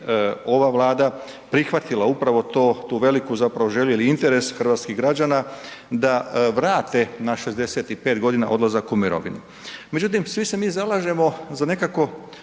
ova Vlada prihvatila upravo to, tu veliku zapravo želji ili interes hrvatskih građana da vrate na 65 godina odlazak u mirovinu. Međutim, svi se mi zalažemo za nekako